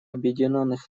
объединенных